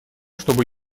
чтобы